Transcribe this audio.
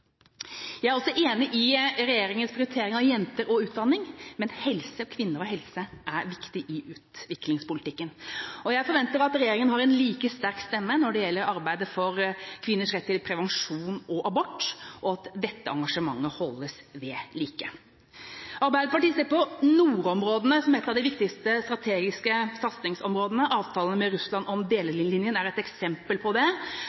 Jeg er også enig i regjeringas prioritering av jenter og utdanning, men kvinner og helse er viktig i utviklingspolitikken. Jeg forventer at regjeringa har en like sterk stemme når det gjelder arbeidet for kvinners rett til prevensjon og abort, og at dette engasjementet holdes ved like. Arbeiderpartiet ser på nordområdene som et av de viktigste strategiske satsingsområdene. Avtalen med Russland om delelinjen er et eksempel på det,